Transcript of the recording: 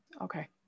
Okay